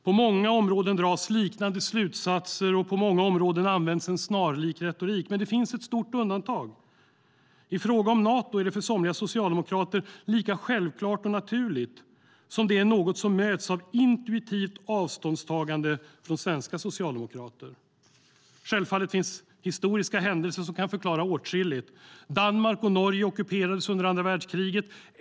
På många områden dras liknande slutsatser, och på många områden används en snarlik retorik. Men det finns ett stort undantag. I fråga om Nato är det för somliga socialdemokrater lika självklart och naturligt som det är något som möts av intuitivt avståndstagande från svenska socialdemokrater. Självfallet finns det historiska händelser som kan förklara åtskilligt. Danmark och Norge ockuperades under andra världskriget.